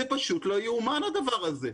זה פשוט לא יאומן הדבר הזה.